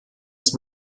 ist